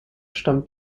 stammt